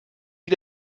wie